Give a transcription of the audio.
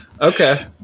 Okay